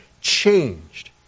changed